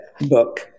book